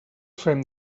fem